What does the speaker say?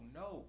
no